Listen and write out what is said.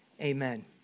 amen